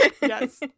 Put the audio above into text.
yes